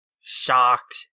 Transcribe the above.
shocked